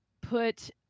put